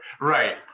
right